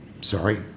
sorry